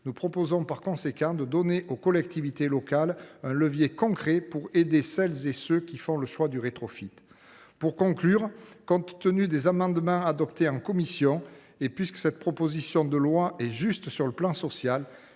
Nous proposons par conséquent de donner aux collectivités locales un levier concret pour aider celles et ceux qui font le choix du rétrofit. Pour conclure, compte tenu des amendements adoptés en commission, et puisque cette proposition de loi est juste sur le plan social,